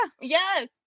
Yes